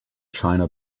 china